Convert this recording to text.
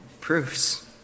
proofs